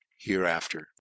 hereafter